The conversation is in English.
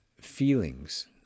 feelings